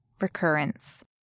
recurrence